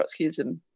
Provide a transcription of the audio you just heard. Trotskyism